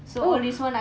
oh